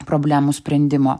problemų sprendimo